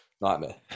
Nightmare